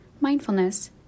mindfulness